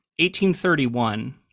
1831